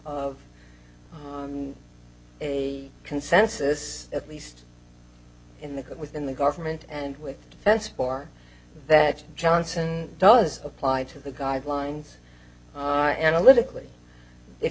of a consensus at least in the within the government and with defense for that johnson does apply to the guidelines analytically if